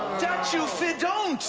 that you fi-don't!